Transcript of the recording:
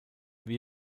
wie